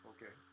Okay